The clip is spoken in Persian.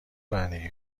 رانندگی